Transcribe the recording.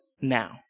now